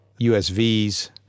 usvs